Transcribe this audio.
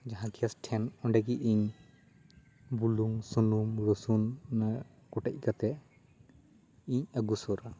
ᱡᱟᱦᱟᱸ ᱜᱮᱥ ᱴᱷᱮᱱ ᱚᱸᱰᱮᱜᱮ ᱤᱧ ᱵᱩᱞᱩᱝ ᱥᱩᱱᱩᱢ ᱨᱚᱥᱩᱱ ᱠᱚᱴᱮᱡᱽ ᱠᱟᱛᱮ ᱤᱧ ᱟᱹᱜᱩ ᱥᱩᱨᱟ